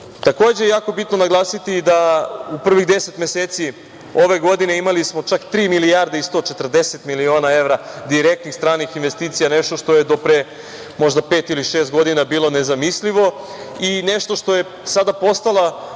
jako je bitno naglasiti da u prvih deset meseci ove godine imali smo čak tri milijarde i 140 miliona evra direktnih stranih investicija, nešto što je do pre možda pet ili šest godina bilo nezamislivo i nešto što je sada postala